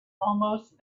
almost